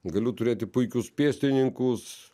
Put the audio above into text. galiu turėti puikius pėstininkus